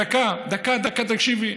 דקה, דקה, דקה, תקשיבי.